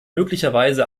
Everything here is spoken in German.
möglicherweise